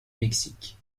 mexique